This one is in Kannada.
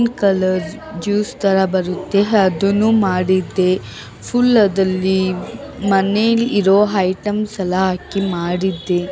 ಗ್ರೀನ್ ಕಲರ್ ಜ್ಯೂಸ್ ಥರ ಬರುತ್ತೆ ಅದನ್ನು ಮಾಡಿದ್ದೆ ಫುಲ್ ಅದಲ್ಲಿ ಮನೇಲ್ಲಿ ಇರೋ ಹೈಟಮ್ಸ್ ಎಲ್ಲ ಹಾಕಿ ಮಾಡಿದ್ದೆ